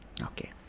Okay